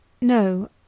No